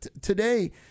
today